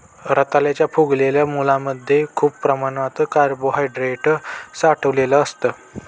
रताळ्याच्या फुगलेल्या मुळांमध्ये खूप प्रमाणात कार्बोहायड्रेट साठलेलं असतं